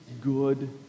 good